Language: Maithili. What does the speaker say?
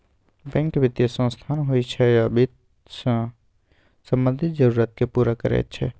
बैंक बित्तीय संस्थान होइ छै आ बित्त सँ संबंधित जरुरत केँ पुरा करैत छै